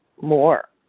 more